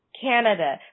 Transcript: Canada